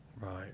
Right